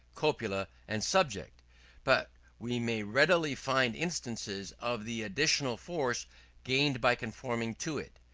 copula and subject but we may readily find instances of the additional force gained by conforming to it.